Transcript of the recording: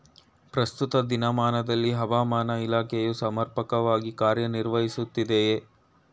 ಪ್ರಸ್ತುತ ದಿನಮಾನದಲ್ಲಿ ಹವಾಮಾನ ಇಲಾಖೆಯು ಸಮರ್ಪಕವಾಗಿ ಕಾರ್ಯ ನಿರ್ವಹಿಸುತ್ತಿದೆಯೇ?